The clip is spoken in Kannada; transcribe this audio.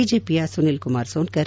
ಬಿಜೆಪಿಯ ಸುನೀಲ್ ಕುಮಾರ್ ಸೋನ್ನರ್